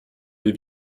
les